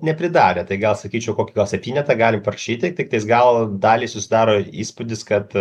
nepridarė tai gal sakyčiau kokį gal septynetą galim parašyti tiktai gal dalį susidaro įspūdis kad